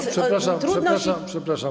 Ja przepraszam, przepraszam.